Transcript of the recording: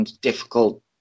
difficult